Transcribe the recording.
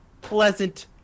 pleasant